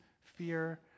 fear